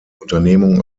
unternehmung